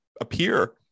appear